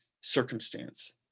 circumstance